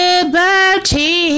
Liberty